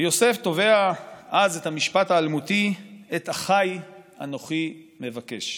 ויוסף טובע אז את המשפט האלמותי: "את אחי אנכי מבקש".